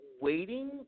waiting